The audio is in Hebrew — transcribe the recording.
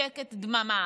שקט, דממה.